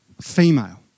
female